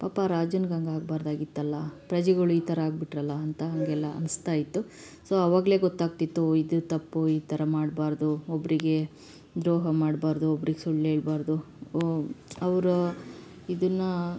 ಪಾಪ ರಾಜಂಗೆ ಹಂಗೆ ಆಗಬಾರ್ದಾಗಿತ್ತಲ್ಲ ಪ್ರಜೆಗಳ್ ಈ ಥರ ಆಗಿಬಿಟ್ರಲ್ಲ ಅಂತ ಹಾಗೆಲ್ಲ ಅನ್ನಿಸ್ತಾ ಇತ್ತು ಸೊ ಅವಾಗಲೇ ಗೊತ್ತಾಗ್ತಿತ್ತು ಓಹ್ ಇದು ತಪ್ಪು ಈ ಥರ ಮಾಡಬಾರ್ದು ಒಬ್ಬರಿಗೆ ದ್ರೋಹ ಮಾಡಬಾರ್ದು ಒಬ್ರಿಗೆ ಸುಳ್ಳು ಹೇಳ್ಬಾರ್ದು ಅವರ ಇದನ್ನ